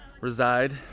reside